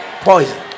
poison